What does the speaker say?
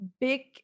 big